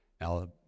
Now